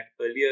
earlier